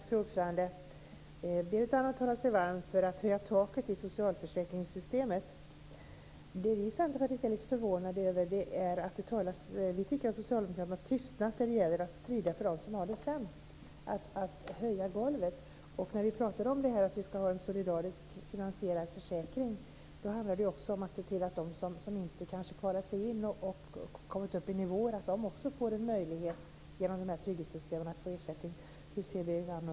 Fru talman! Berit Andnor talar sig varm för att höja taket i socialförsäkringssystemet. Det vi i Centerpartiet är lite förvånade över är att vi tycker att Socialdemokraterna har tystnat när det gäller att strida för dem som har det sämst, när det gäller att höja golvet. När vi pratar om att vi ska ha en solidariskt finansierad försäkring handlar det om att se till att också de som kanske inte kvalat sig in och kommit upp i nivåer får en möjlighet att få ersättning genom de här trygghetssystemen. Hur ser Berit Andnor på det?